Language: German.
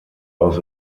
aus